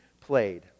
played